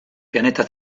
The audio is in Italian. pianeta